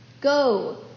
Go